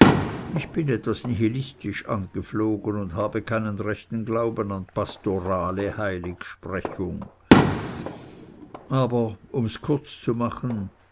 ich bin etwas nihilistisch angeflogen und habe keinen rechten glauben an pastorale heiligsprechung aber um's kurz zu machen